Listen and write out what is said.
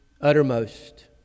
uttermost